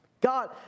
God